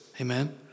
Amen